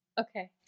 Okay